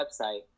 website